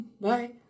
Bye